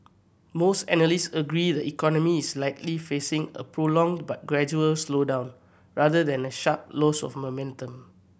most analysts agree the economy is likely facing a prolonged but gradual slowdown rather than a sharp loss of momentum